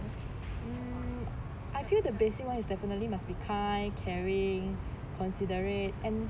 mm I feel the basic one is definitely must be kind caring considerate and